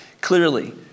clearly